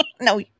No